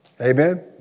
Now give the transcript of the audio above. Amen